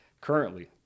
currently